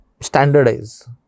standardize